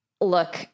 look